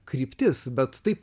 kryptis bet taip